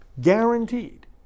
Guaranteed